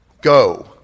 Go